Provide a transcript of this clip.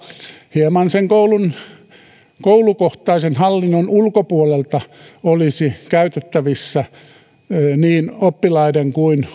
hieman sen koulukohtaisen hallinnon ulkopuolelta olisi käytettävissä niin oppilaiden kuin